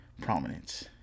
prominence